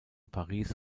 paris